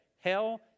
Hell